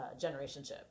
generationship